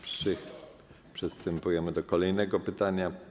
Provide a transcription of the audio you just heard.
Przystępujemy do kolejnego pytania.